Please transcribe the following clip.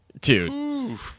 Dude